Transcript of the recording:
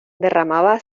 derramaba